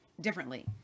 Differently